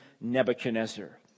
Nebuchadnezzar